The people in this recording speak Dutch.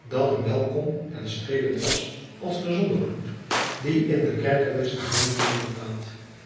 dat hem welkom en streelend was als de zonnegloed die in den kerker des gevangenen nederdaalt